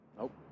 Nope